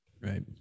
Right